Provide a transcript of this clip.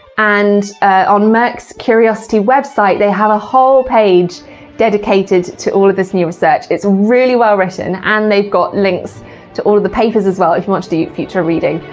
and on merck's curiosity website they have a whole page dedicated to all of this new research. it's really well written and they've got links to all of the papers as well if you want to do future reading.